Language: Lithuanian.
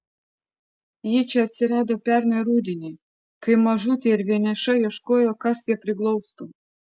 ji čia atsirado pernai rudenį kai mažutė ir vieniša ieškojo kas ją priglaustų